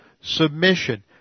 submission